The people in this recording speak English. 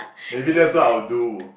maybe that's what I'll do